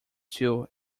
too